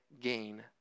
gain